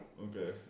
Okay